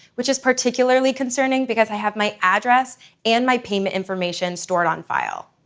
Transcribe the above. which is particularly concerning because i have my address and my payment information stored on file.